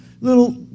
little